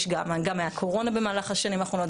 גם הקורונה במהלך השנים האחרונות,